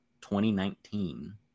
2019